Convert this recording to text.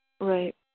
Right